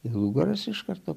ilgas iš karto